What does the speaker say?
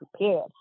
prepared